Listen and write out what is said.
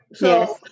Yes